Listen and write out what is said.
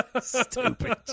Stupid